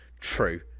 true